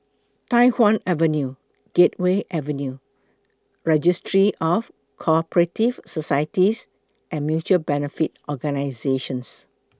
Tai Hwan Avenue Gateway Avenue Registry of Co Operative Societies and Mutual Benefit Organisations